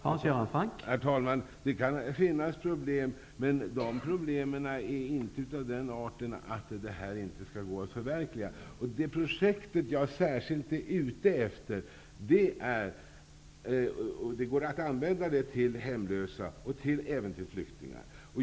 Herr talman! Det kan finnas problem. Men de problemen är inte av den arten att detta förslag inte skall gå att förverkliga. Det projekt jag tänker på särskilt gäller hemlösa och även flyktingar.